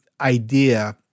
idea